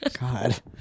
God